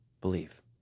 Believe